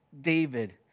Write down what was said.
David